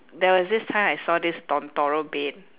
there was this time I saw this bed